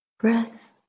breath